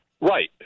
Right